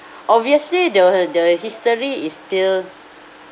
obviously the the history is still